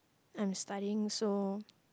I'm studying so